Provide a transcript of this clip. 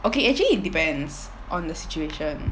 okay actually it depends on the situation